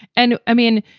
and i mean,